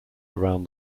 around